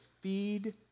feed